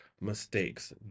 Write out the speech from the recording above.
mistakes